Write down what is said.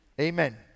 Amen